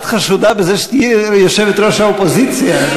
את חשודה בזה שתהיי יושבת-ראש האופוזיציה.